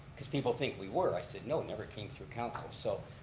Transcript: cause people think we were. i said no, never came through council. so